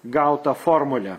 gautą formulę